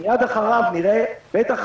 מיד אחריו נראה בטח